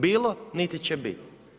Bilo niti će biti.